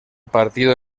partido